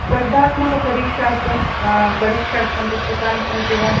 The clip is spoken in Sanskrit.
स्पर्धात्मकपरीक्षार्थं परीक्षार्थं पुस्तकानि सन्ति वा